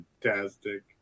fantastic